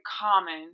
common